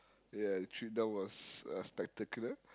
ya the trip down was uh spectacular